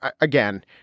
Again